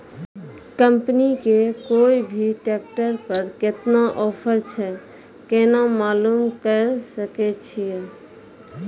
Company के कोय भी ट्रेक्टर पर केतना ऑफर छै केना मालूम करऽ सके छियै?